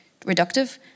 reductive